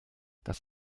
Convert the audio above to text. das